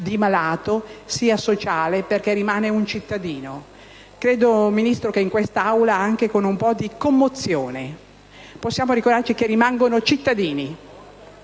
di malato, sia sociale, perché rimane un cittadino. Signor Ministro, credo che in quest'Aula, anche con un po' di commozione, possiamo ricordarci che questi malati rimangono cittadini.